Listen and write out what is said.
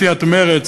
סיעת מרצ,